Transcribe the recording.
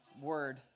word